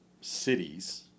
cities